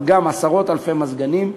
אבל גם עשרות אלפי מזגנים הוחלפו.